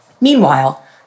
Meanwhile